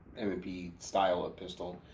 m and p style of pistol.